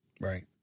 Right